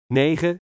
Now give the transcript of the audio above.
negen